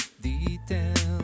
Details